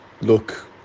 look